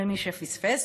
למי שפספס,